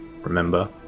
remember